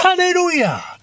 Hallelujah